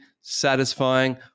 satisfying